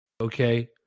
Okay